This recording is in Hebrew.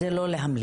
זה לא להמליץ.